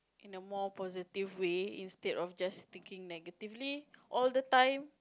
in a more positive way instead of just thinking negatively all the time